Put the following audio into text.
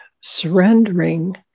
surrendering